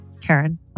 Karen